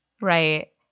Right